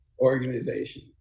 organization